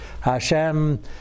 Hashem